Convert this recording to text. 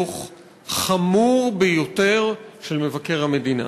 דוח חמור ביותר של מבקר המדינה,